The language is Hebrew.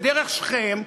ודרך שכם,